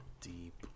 Deep